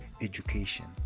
education